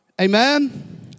Amen